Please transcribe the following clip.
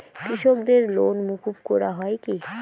কৃষকদের লোন মুকুব করা হয় কি?